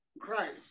Christ